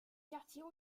quartier